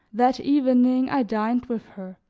that evening i dined with her,